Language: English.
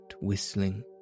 whistling